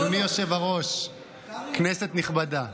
אדוני היושב-ראש, כנסת נכבדה,